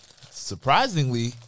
surprisingly